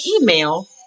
email